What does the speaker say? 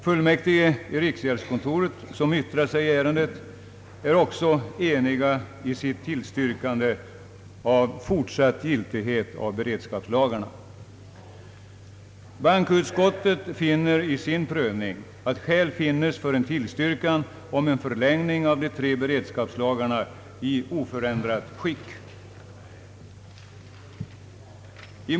Fullmäktige i riksgäldskontoret, som har yttrat sig i ärendet, är också eniga i sitt tillstyrkande av fortsatt giltighet av beredskapslagarna. Bankoutskottet finner vid sin prövning att skäl finnes för en tillstyrkan av förlängning av de tre beredskapslagarna i oförändrat skick.